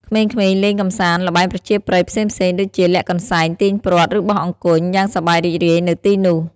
ក្មេងៗលេងកម្សាន្ត ល្បែងប្រជាប្រិយផ្សេងៗ ដូចជា លាក់កន្សែង ទាញព្រ័ត្រ ឬបោះអង្គុញ យ៉ាងសប្បាយរីករាយនៅទីនោះ។